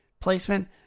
Placement